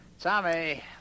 Tommy